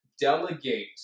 Delegate